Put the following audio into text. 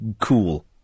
cool